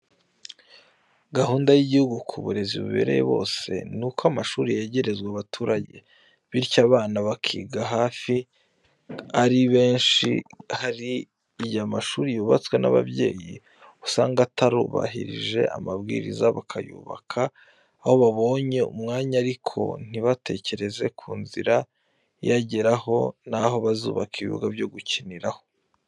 Gahunda y'igihugu ku burezi bubereye bose ni uko amashuri yegerezwa abaturage, bityo abana bakiga hafi kandi ari benshi. Hari igihe amashuri yubatswe n'ababyeyi usanga atarubahirije amabwiriza, bakayubaka aho babonye umwanya ariko ntibatekereze ku nzira iyageraho, naho bazubaka ibibuga byo gukiniraho.